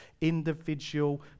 individual